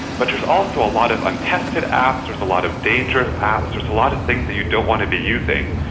but there's also a lot of untested apps, there's a lot of dangerous apps, there's a lot of things that you don't want to be using.